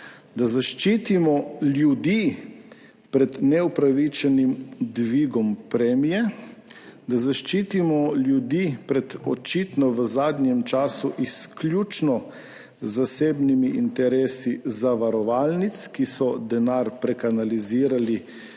da zaščitimo ljudi pred neupravičenim dvigom premije, da zaščitimo ljudi pred očitno v zadnjem času izključno zasebnimi interesi zavarovalnic, ki so denar prekanalizirale